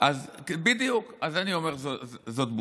אם אין ראוי, בדיוק.